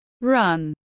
run